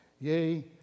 Yea